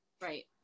Right